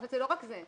אבל זה לא רק זה.